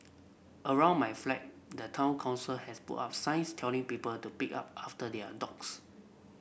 around my flat the town council has put up signs telling people to big up after their dogs